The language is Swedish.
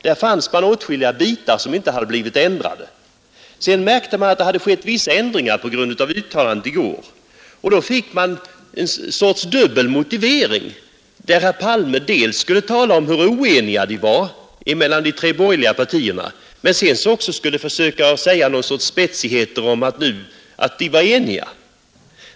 Där fanns åtskilliga bitar, som inte hade blivit ändrade, men sedan märkte man att det hade skett vissa ändringar på grund av uttalandet. Då fick man en sorts dubbel motivering. Herr Palme skulle tala om hur oeniga de tre borgerliga partierna var, men han skulle också försöka säga några spetsigheter om att de nu var eniga.